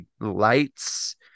lights